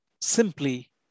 Simply